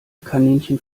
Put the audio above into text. kaninchen